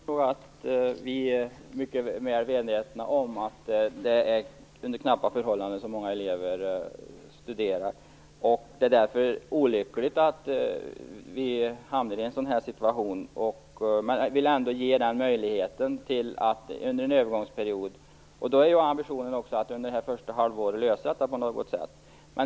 Fru talman! Jag tror att vi är mycket väl medvetna om att många elever studerar under knappa förhållanden. Därför är det olyckligt att vi hamnar i en sådan här situation. Men vi vill ändå ge en möjlighet under en övergångsperiod. Ambitionen är också att under det första halvåret lösa problemet på något sätt.